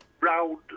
round